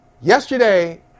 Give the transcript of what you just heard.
Yesterday